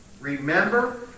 Remember